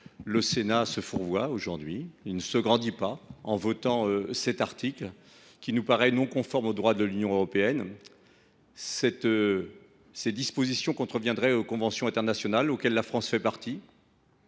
le Sénat se fourvoierait et ne se grandirait pas en votant cet article, qui nous paraît non conforme au droit de l’Union européenne. En effet, ses dispositions contreviennent aux conventions internationales auxquelles la France est partie,